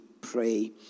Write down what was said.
pray